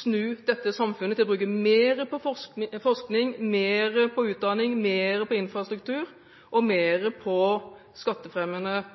snu dette samfunnet. Vi vil bruke mer på forskning, mer på utdanning, mer på infrastruktur og mer på